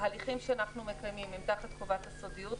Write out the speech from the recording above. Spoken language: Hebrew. ההליכים שאנחנו מקיימים הם תחת חובת הסודיות.